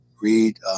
read